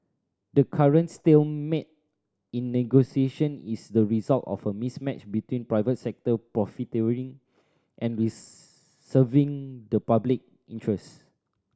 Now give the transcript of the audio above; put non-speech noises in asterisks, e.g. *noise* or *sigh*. the current stalemate in negotiation is the result of a mismatch between private sector profiteering and *unintelligible* serving the public interests